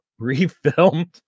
refilmed